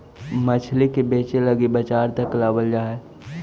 मछली के बेचे लागी बजार तक लाबल जा हई